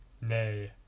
Nay